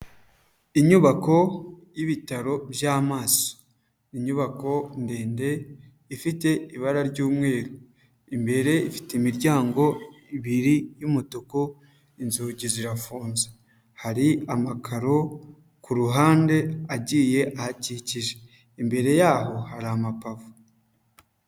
Inyubako y'ibitaro by'amaso, inyubako ndende ifite ibara ry'umweru, imbere ifite imiryango ibiri y'umutuku inzugi zirafunze, hari amakaro ku ruhande agiye ahakikije imbere yaho hari amapave.